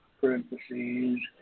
parentheses